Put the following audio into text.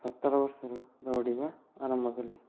ସତର ବର୍ଷରୁ ଦୌଡ଼ିବା ଆରମ୍ଭ କଲି